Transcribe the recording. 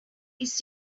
it’s